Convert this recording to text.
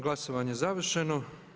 Glasovanje je završeno.